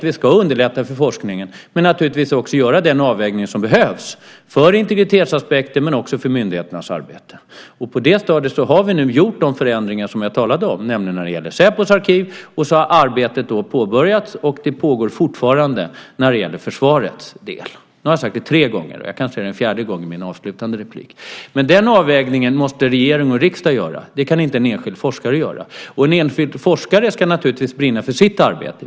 Vi ska underlätta för forskningen men också göra den avvägning som behövs för integritetsaspekter och för myndigheternas arbete. På det stadiet har vi nu gjort de förändringar som jag talade om, nämligen när det gäller Säpos arkiv. Arbetet har påbörjats, och det pågår fortfarande när det gäller försvarets del. Nu har jag sagt det tre gånger, och jag kan säga det en fjärde gång i mitt avslutande inlägg. Men den avvägningen måste regering och riksdag göra. Det kan inte en enskild forskare göra. En enskild forskare ska naturligtvis brinna för sitt arbete.